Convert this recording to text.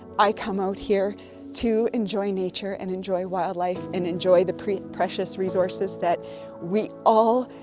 i come out here to enjoy nature, and enjoy wildlife, and enjoy the precious resources that we all,